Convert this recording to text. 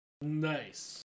Nice